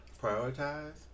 Prioritize